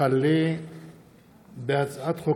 הצעת חוק